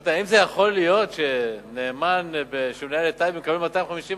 אמרתי: האם זה יכול שנאמן בטייבה מקבל 250,000?